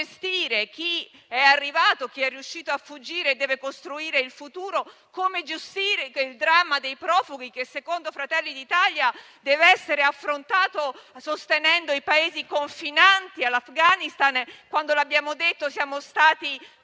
gestire chi è arrivato, chi è riuscito a fuggire e deve costruire il futuro e come gestire il dramma dei profughi che, secondo noi di Fratelli d'Italia, deve essere affrontato sostenendo i Paesi confinanti con l'Afghanistan. Quando lo abbiamo detto siamo stati